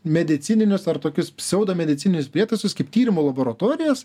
medicininius ar tokius pseudo medicininius prietaisus kaip tyrimų laboratorijos